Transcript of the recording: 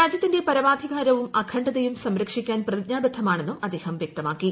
രാജ്യത്തിന്റെ പരമാധികാരവും അഖണ്ഡതയും സംരക്ഷിക്കാൻ പ്രതിജ്ഞാബദ്ധമാണെന്നും അദ്ദേഹം വ്യക്തമാക്കി